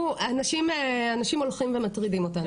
אנשים הולכים ומטרידים אותן,